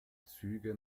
züge